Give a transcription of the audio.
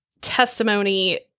testimony